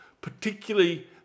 Particularly